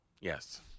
Yes